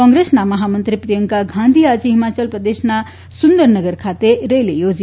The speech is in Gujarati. કોંગ્રેસના મહામંત્રી પ્રિયંકા ગાંધી આજે હિમાચલ પ્રદેશના સુંદરનગર ખાતે રેલી યોજી